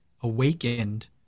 awakened